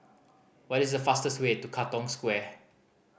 what is the fastest way to Katong Square